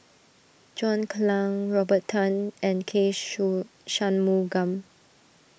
John Clang Robert Tan and K Shanmugam